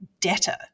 debtor